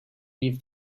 leave